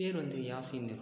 பேர் வந்து யாஸின்னு